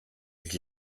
ich